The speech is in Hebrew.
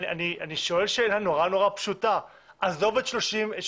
אני שואל שאלה נורא נורא פשוטה, עזוב את 330ד,